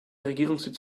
regierungssitz